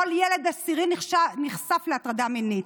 כל ילד עשירי נחשף להטרדה מינית.